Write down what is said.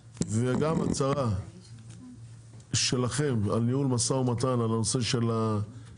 וגם הצהרה שלכם על ניהול משא ומתן על הנושא של המכסים,